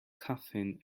coughing